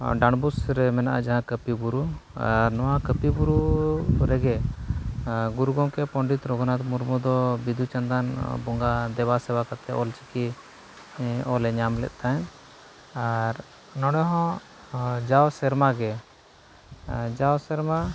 ᱰᱟᱸᱰᱵᱚᱥ ᱨᱮ ᱢᱮᱱᱟᱜᱼᱟ ᱡᱟᱦᱟᱸ ᱠᱟᱹᱯᱤ ᱵᱩᱨᱩ ᱟᱨ ᱱᱚᱣᱟ ᱠᱟᱹᱯᱤ ᱵᱩᱨᱩ ᱨᱮᱜᱮ ᱜᱩᱨᱩ ᱜᱚᱢᱠᱮ ᱯᱚᱱᱰᱤᱛ ᱨᱚᱜᱷᱩᱱᱟᱛᱷ ᱢᱩᱨᱢᱩ ᱫᱚ ᱵᱤᱸᱫᱩᱼᱪᱟᱸᱫᱟᱱ ᱵᱚᱸᱜᱟ ᱫᱮᱵᱟ ᱥᱮᱵᱟ ᱠᱟᱛᱮᱫ ᱚᱞ ᱪᱤᱠᱤ ᱚᱞᱮ ᱧᱟᱢᱞᱮᱫ ᱛᱟᱦᱮᱱ ᱟᱨ ᱱᱚᱰᱮᱦᱚᱸ ᱡᱟᱣ ᱥᱮᱨᱢᱟᱜᱮ ᱡᱟᱣ ᱥᱮᱨᱢᱟ